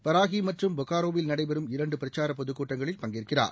பராகி மற்றும் பொக்காரோவில் இன்று நடைபெறும் இரண்டு பிரச்சார பொதுக் கூட்டங்களில் பங்கேற்கிறார்